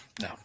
No